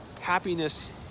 happiness